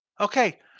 Okay